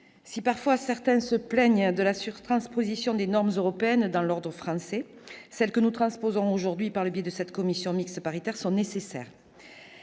si certains se plaignent parfois de la surtransposition des normes européennes dans l'ordre juridique français, celles que nous transposons aujourd'hui, par le biais de cette commission mixte paritaire, sont nécessaires.